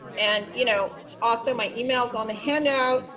and you know also, my email's on the handout.